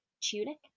tunic